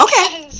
Okay